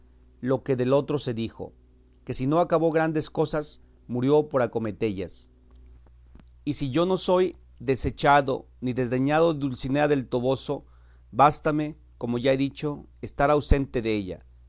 lo que del otro se dijo que si no acabó grandes cosas murió por acometellas y si yo no soy desechado ni desdeñado de dulcinea del toboso bástame como ya he dicho estar ausente della